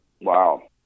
Wow